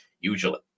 usually